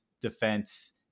defense